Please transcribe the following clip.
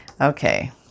Okay